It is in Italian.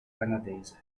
canadese